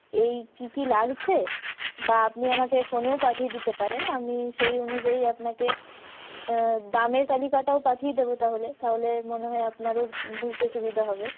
এই কী কী লাগছে বা আপনি আমাকে ফোনেও পাঠিয়ে দিতে পারেন আমি সেই অনুযায়ী আপনাকে দামের তালিকাটাও পাঠিয়ে দেবো তাহলে তাহলে মনে হয় আপনারও বুঝতে সুবিধা হবে